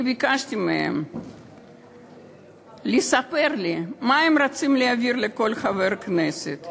אני ביקשתי מהם לספר לי מה הם רוצים להעביר לכל חבר כנסת,